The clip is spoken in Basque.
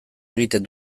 egiten